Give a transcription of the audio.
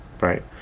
right